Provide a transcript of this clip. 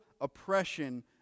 oppression